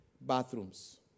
bathrooms